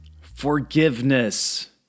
Forgiveness